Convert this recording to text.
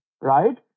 right